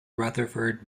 rutherford